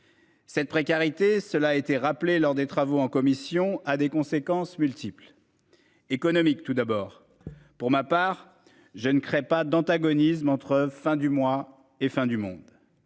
Cette précarité. Cela a été rappelé lors des travaux en commission a des conséquences multiples. Économique tout d'abord, pour ma part je ne crée pas d'antagonisme entre fin du mois et fin du monde.